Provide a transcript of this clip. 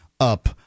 up